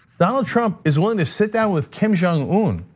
donald trump is willing to sit down with kim jung-un,